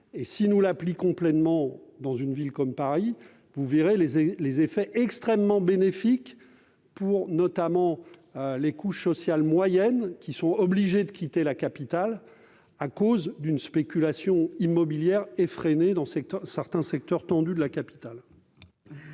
Si nous pouvons le faire dans une ville comme Paris, vous en constaterez les effets extrêmement bénéfiques, notamment pour les couches sociales moyennes, qui sont obligées de quitter la capitale à cause d'une spéculation immobilière effrénée dans certains secteurs tendus. Je mets